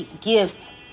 gift